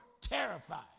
terrified